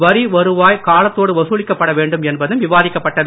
வரி வருவாய் காலத்தோடு வசூலிக்கப் படவேண்டும் என்பதும் விவாதிக்கப்பட்டது